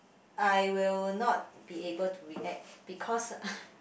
I will not be able to react because